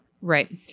Right